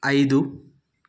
ఐదు